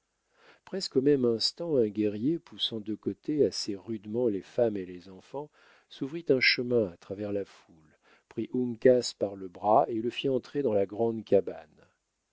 presque au même instant un guerrier poussant de côté assez rudement les femmes et les enfants s'ouvrit un chemin à travers la foule prit uncas par le bras et le fit entrer dans la grande cabane